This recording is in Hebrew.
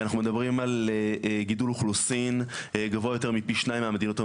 אנחנו מדברים על גידול אוכלוסין גבוה יותר מפי שניים מהמדינות המפותחות,